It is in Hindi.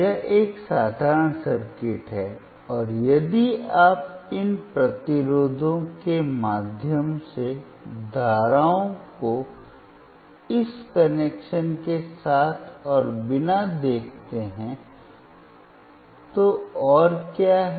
यह एक साधारण सर्किट है और यदि आप इन प्रतिरोधों के माध्यम से धाराओं को इस कनेक्शन के साथ और बिना देखते हैं तो और क्या है